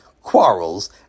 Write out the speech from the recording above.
quarrels